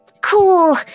cool